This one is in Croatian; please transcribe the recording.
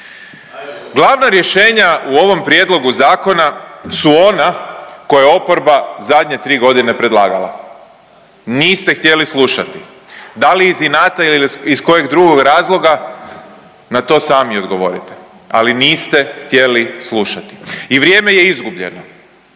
Glavna rješenja u ovom prijedlogu zakona su ona koja je oporba zadnje tri godine predlagala, niste htjeli slušati, da li iz inata ili iz kojeg drugog razloga na to sami odgovorite, ali niste htjeli slušati. I vrijeme je izgubljeno.